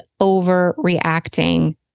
overreacting